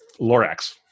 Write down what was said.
Lorax